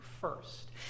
first